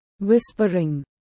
whispering